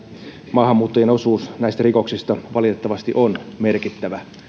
maahanmuuttajien osuus näistä rikoksista valitettavasti on merkittävä